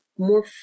more